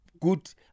good